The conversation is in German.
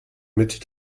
mit